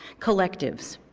collectives.